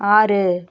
ஆறு